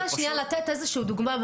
נכון.